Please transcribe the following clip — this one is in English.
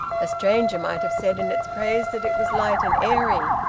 a stranger might have said in its praise that it was light and airy.